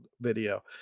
video